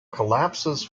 collapses